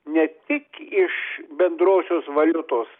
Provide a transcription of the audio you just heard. ne tik iš bendrosios valiutos